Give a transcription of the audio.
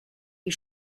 you